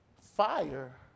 Fire